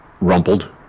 rumpled